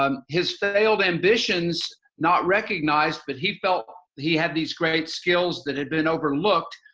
um his failed ambitions not recognized, but he felt he had these great skills that had been overlooked.